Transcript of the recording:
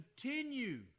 continue